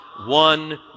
one